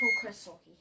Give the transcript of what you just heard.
crystal